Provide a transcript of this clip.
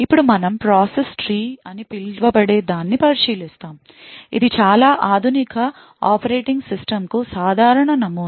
ఇప్పుడు మనం process tree అని పిలువబడేదాన్ని పరిశీలిస్తాము ఇది చాలా ఆధునిక ఆపరేటింగ్ సిస్టమ్కు సాధారణ నమూనా